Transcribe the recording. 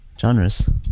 genres